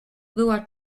była